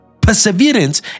perseverance